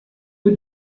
peu